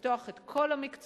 לפתוח את כל המקצועות,